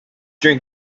drink